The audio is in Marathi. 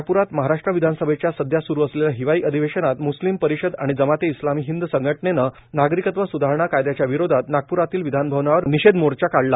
नागप्रात महाराष्ट्र विधानसभेच्या सध्या सुरू असलेल्या हिवाळी अधिवेशनात मुस्लिम परिषद आणि जमाते इस्लामी हिंद संघटनेने नागरिकत्व सुधारणा कायद्याच्या विरोधात नागप्रातील विधानभवनावर निषेध मोर्चा काढला